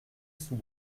sous